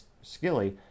Skilly